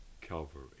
Calvary